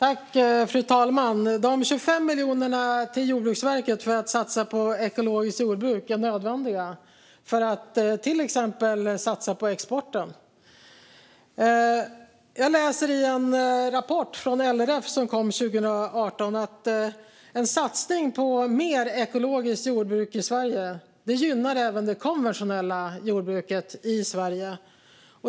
Fru talman! De 25 miljonerna till Jordbruksverket för ekologiskt jordbruk är nödvändiga för att till exempel kunna satsa på exporten. Jag läser i en rapport från LRF som kom 2018 att en satsning på mer ekologiskt jordbruk i Sverige även gynnar det konventionella jordbruket i Sverige.